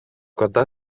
κοντά